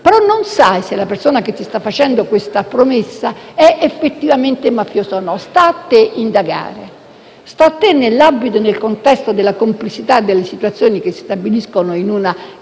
non sai se la persona che ti sta facendo una certa promessa sia effettivamente mafiosa o meno. Sta a te indagare. Sta a te, nell'ambito e nel contesto della complessità delle situazioni che si verificano in una